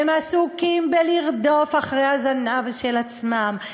הם עסוקים בלרדוף אחרי הזנב של עצמם.